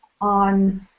on